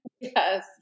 Yes